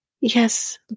Yes